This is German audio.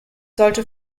sollte